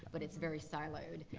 but it's very siloed,